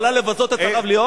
היא יכולה לבזות את הרב ליאור?